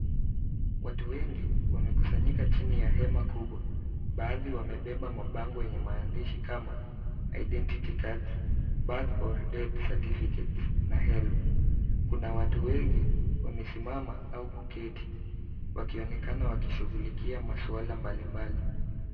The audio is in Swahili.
Watu wengi wamekusanyika chini ya hema kubwa. Baadhi wamebeba mabango yenye maandishi kama identity cards, birth or death certificates na HELB. Kuna watu wengi wamesimama au kuketi wakionekana wakishughulikia masuala mbalimbali.